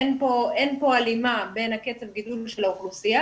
אין פה הלימה בין קצב גידול האוכלוסייה